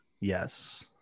yes